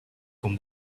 con